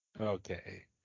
Okay